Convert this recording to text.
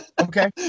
okay